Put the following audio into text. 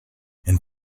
and